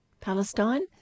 Palestine